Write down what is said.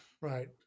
right